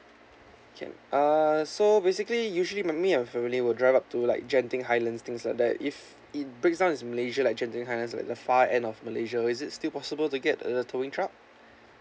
can uh so basically usually my me and my family will drive up to like genting highlands things like that if it breaks down in malaysia like genting highlands like the far end of malaysia is it still possible to get uh towing truck